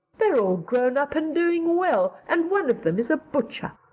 they're all grown up and doing well. and one of them is a butcher.